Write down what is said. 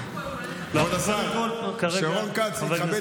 כרגע חבר הכנסת